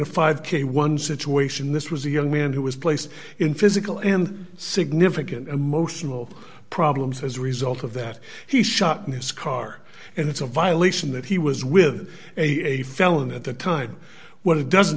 a five k one situation this was a young man who was placed in physical and significant emotional problems as a result of that he shot me his car and it's a violation that he was with a felon at the time when it doesn't